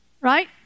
Right